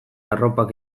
arropak